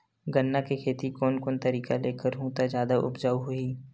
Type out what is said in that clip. गन्ना के खेती कोन कोन तरीका ले करहु त जादा उपजाऊ होही?